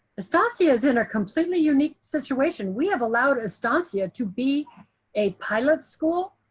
estacia is in a completely unique situation. we have allowed estacia to be a pilot school,